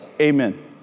Amen